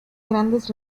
grandes